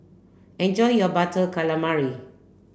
enjoy your butter calamari